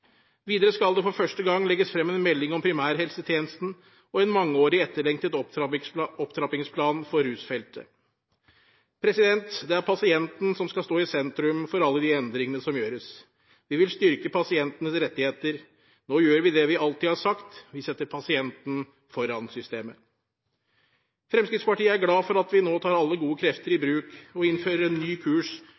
Videre skal det for første gang legges frem en melding om primærhelsetjenesten og en mangeårig etterlengtet opptrappingsplan for rusfeltet. Det er pasienten som skal stå i sentrum for alle de endringene som gjøres. Vi vil styrke pasientenes rettigheter. Nå gjør vi det vi alltid har sagt: Vi setter pasienten foran systemet. Fremskrittspartiet er glad for at vi nå tar alle gode krefter i bruk og innfører en ny kurs